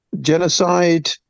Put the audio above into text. genocide